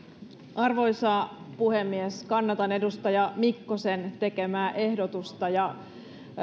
arvoisa puhemies kannatan edustaja mikkosen tekemää ehdotusta ja